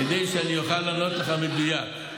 כדי שאוכל לענות לך מדויק.